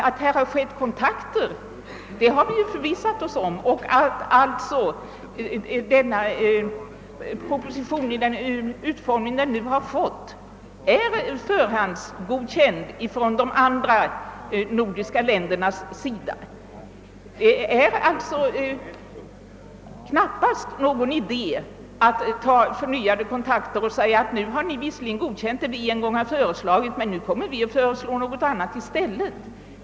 Att det skett kontakter har vi förvissat oss om, och propositionen är alltså i den utformning den nu fått förhandsgodkänd av de andra nordiska länderna. Det är alltså knappast någon idé att ta förnyade kontakter och säga, att ni har visserligen godkänt vad vi en gång föreslagit, men nu föreslår vi någonting annat i stället.